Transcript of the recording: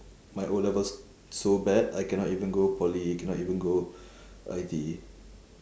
my O-levels so bad I cannot even go poly cannot even go I_T_E